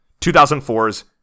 2004's